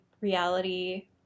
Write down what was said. reality